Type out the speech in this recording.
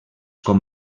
com